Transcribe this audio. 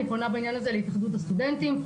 אני פונה בעניין הזה להתאחדות הסטודנטים.